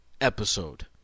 episode